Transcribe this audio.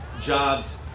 jobs